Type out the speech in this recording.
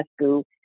school